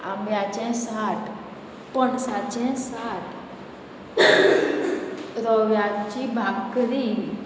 आंब्याचें साठ पणसाचें साठ रव्याची भाकरी